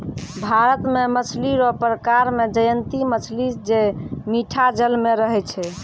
भारत मे मछली रो प्रकार मे जयंती मछली जे मीठा जल मे रहै छै